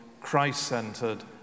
Christ-centered